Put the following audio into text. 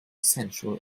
sensual